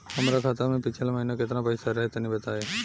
हमरा खाता मे पिछला महीना केतना पईसा रहे तनि बताई?